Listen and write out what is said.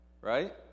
right